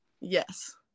Yes